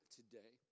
today